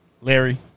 Larry